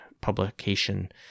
publication